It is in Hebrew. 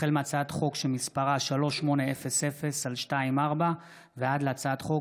החל מהצעת חוק פ/3800/24 וכלה בהצעת חוק